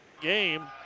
game